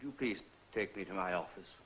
you please take me to my office